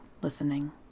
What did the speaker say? listening